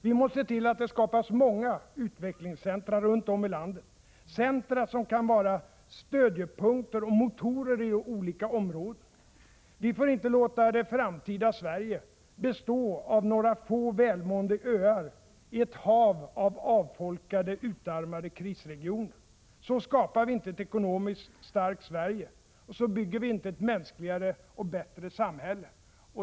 Vi måste se till att det skapas många utvecklingscentra runt om i landet, centra som kan vara stödjepunkter och motorer i olika områden. Vi får inte låta det framtida Sverige bestå av några få välmående öar i ett hav av avfolkade och utarmade krisregioner. Så skapar vi inte ett ekonomiskt starkt Sverige. Så bygger vi inte ett mänskligare och bättre samhälle.